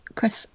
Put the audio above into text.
Chris